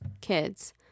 kids